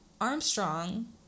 armstrong